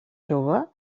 jove